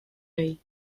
away